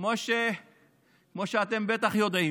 כמו שאתם בטח יודעים,